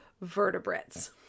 vertebrates